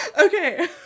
Okay